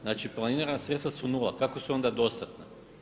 Znači planirana sredstva su nula, kako su onda dostatna?